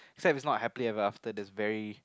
except it's not happily ever after there's very